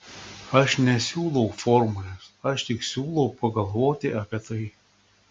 aš nesiūlau formulės aš tik siūlau pagalvoti apie tai